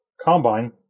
combine